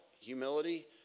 humility